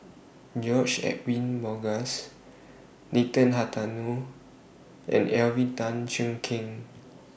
George Edwin Bogaars Nathan Hartono and Alvin Tan Cheong Kheng